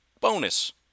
Bonus